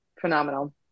phenomenal